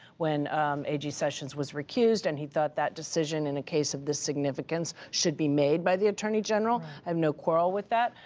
when a g. sessions was recused. and he thought that decision in a case of this significance should be made by the attorney general. i have no quarrel with that.